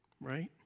Right